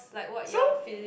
so